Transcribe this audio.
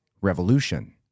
revolution